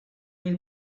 will